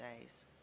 days